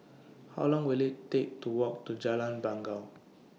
How Long Will IT Take to Walk to Jalan Bangau